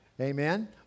amen